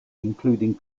including